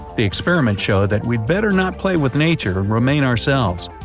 the experiment showed that we'd better not play with nature and remain ourselves.